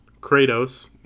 Kratos